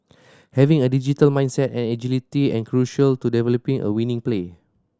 having a digital mindset and agility are crucial to developing a winning play